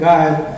God